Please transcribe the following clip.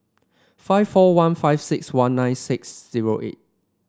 five four one five six one nine six zero eight